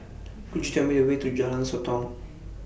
Could YOU Tell Me The Way to Jalan Sotong